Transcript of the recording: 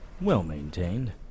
well-maintained